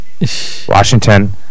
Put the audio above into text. Washington